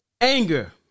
anger